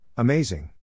Amazing